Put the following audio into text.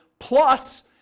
plus